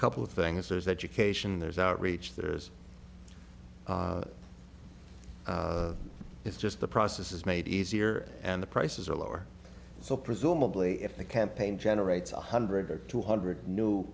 couple of things there's education there's outreach there's it's just the process is made easier and the prices are lower so presumably if the campaign generates one hundred or two hundred new